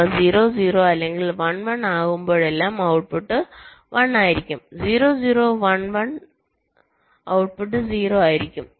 അവ 0 0 അല്ലെങ്കിൽ 1 1 ആകുമ്പോഴെല്ലാം ഔട്ട്പുട്ട് 1 ആയിരിക്കും 0 0 1 1 ഔട്ട്പുട്ട് 0 ആയിരിക്കും